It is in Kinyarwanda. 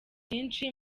byinshi